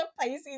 Pisces